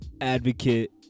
advocate